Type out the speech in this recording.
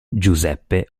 giuseppe